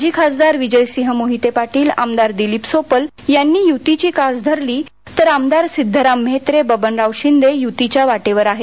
माजी खासदार विजयसिंह मोहीते पाटील आमदार दिलिप सोपल यांनी युतीची कास धरली तर आमदार सिद्धराम म्हेत्रे बबनराव शिंदे युतीच्या वाटेवर आहेत